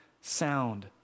sound